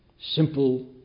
Simple